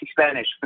Spanish